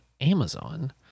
Amazon